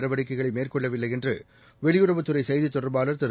நடவடிக்கைகளைமேற்கொள்ளவில்லைஎன்றுவெளியுறவு துறைசெய்தித் தொடர்பாளர் திரு